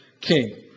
king